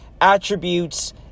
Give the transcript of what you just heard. attributes